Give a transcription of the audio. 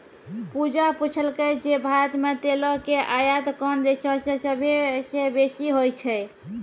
पूजा पुछलकै जे भारत मे तेलो के आयात कोन देशो से सभ्भे से बेसी होय छै?